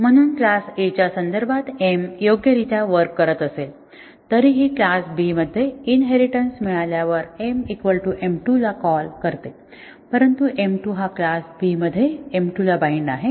म्हणून class A च्या संदर्भात m योग्यरित्या वर्क करत असले तरीही क्लास B मध्ये इनहेरिटेन्स मिळाल्यावर mm2 ला कॉल करते परंतु m2 हा क्लास B मध्ये m2 ला बाइंड आहे